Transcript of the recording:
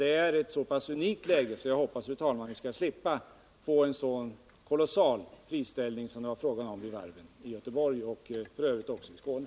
Jag hoppas att vi skall slippa att hamna i ett så unikt läge med friställningar av en sådan omfattning som det var fråga om vid varven i Göteborg och f. ö. också i Skåne.